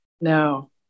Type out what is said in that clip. No